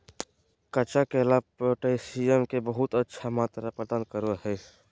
कच्चा केला पोटैशियम के बहुत अच्छा मात्रा प्रदान करो हइ